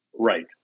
Right